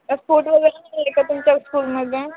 ते कोट वगैरे नाही आहे का तुमच्या स्कूलमधून